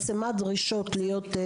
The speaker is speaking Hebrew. מהן בעצם הדרישות להיות,